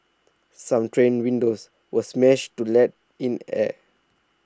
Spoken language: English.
some train windows were smashed to let in air